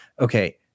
okay